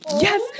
Yes